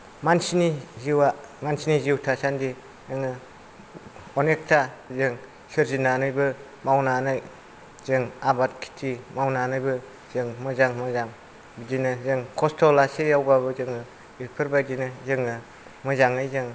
मानसिनि जिउआ मानसिनि जिउ थासान्दि नोङो अनेकता जों सोरजिनानैबो मावनानै जों आबाद खेति मावनानैबो जों मोजां मोजां बिदिनो जों खस्त' लासेयावबाबो जों बेफोरबायदिनो जोङो मोजाङै जों